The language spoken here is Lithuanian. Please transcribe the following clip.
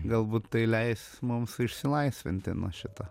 galbūt tai leis mums išsilaisvinti nuo šito